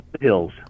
hills